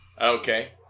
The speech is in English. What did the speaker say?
Okay